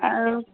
আৰু